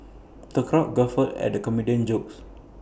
the crowd guffawed at the comedian's jokes